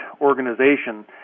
organization